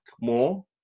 more